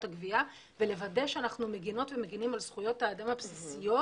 הגבייה ולוודא שאנחנו מגינות ומגינים על זכויות האדם הבסיסיות